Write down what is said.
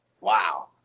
Wow